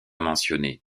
mentionnées